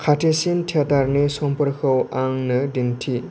खाथिसिन थियेतारनि समफोरखौ आंनो दिनथि